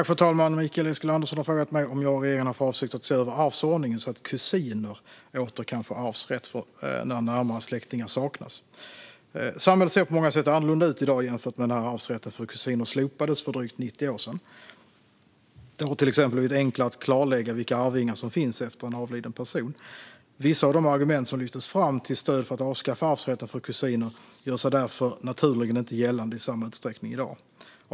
Fru talman! Mikael Eskilandersson har frågat mig om jag och regeringen har för avsikt att se över arvsordningen så att kusiner åter kan få arvsrätt när närmare släktingar saknas. Samhället ser på många sätt annorlunda ut i dag jämfört med när arvsrätten för kusiner slopades för drygt 90 år sedan. Det har till exempel blivit enklare att klarlägga vilka arvingar som finns efter en avliden person. Vissa av de argument som lyftes fram till stöd för att avskaffa arvsrätten för kusiner gör sig därför naturligen inte gällande i samma utsträckning i dag.